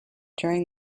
during